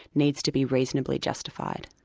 needs to be reasonably justified.